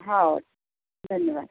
हो धन्यवाद